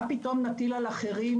אנחנו די מסכימים על הרבה מהדברים,